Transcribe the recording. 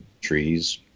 trees